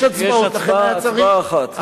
יש הצבעות,